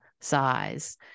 size